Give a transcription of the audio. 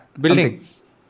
Buildings